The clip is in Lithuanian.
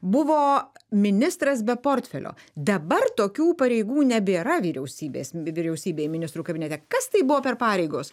buvo ministras be portfelio dabar tokių pareigų nebėra vyriausybės vyriausybėj ministrų kabinete kas tai buvo per pareigos